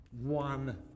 one